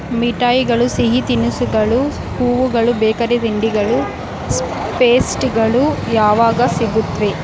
ಮಿಠಾಯಿಗಳು ಸಿಹಿತಿನಿಸುಗಳು ಹೂವುಗಳು ಬೇಕರಿ ತಿಂಡಿಗಳು ಸ್ ಪೇಸ್ಟ್ಗಳು ಯಾವಾಗ ಸಿಗುತ್ತವೆ